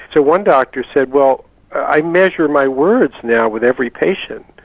so one doctor said, well i measure my words now with every patient.